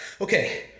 Okay